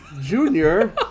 Junior